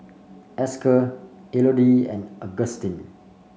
Esker Elodie and Agustin